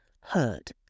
hurt